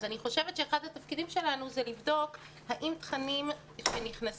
אז אני חושבת שאחד התפקידים שלנו זה לבדוק האם משרד החינוך